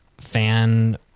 fan